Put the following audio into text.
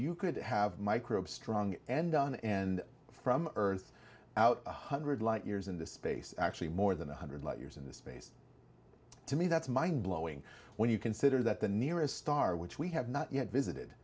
you could have microbes strong and on and from earth out one hundred light years into space actually more than one hundred light years in this space to me that's mind blowing when you consider that the nearest star which we have not yet visited